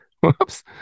whoops